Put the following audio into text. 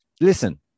Listen